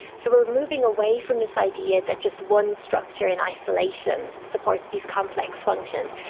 so we're moving away from this idea that just one structure in isolation supports these complex functions,